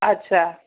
अच्छा